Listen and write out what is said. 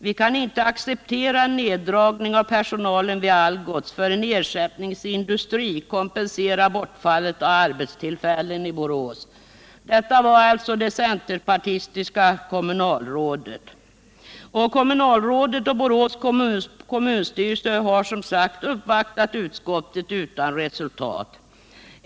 Vi kan inte acceptera en neddragning av personalen vid Algots förrän ersättningsindustri kompenserar bortfallet av arbetstillfällen i Borås.” Kommunalrådet och Borås kommunstyrelse har som sagt uppvaktat utskottet utan resultat.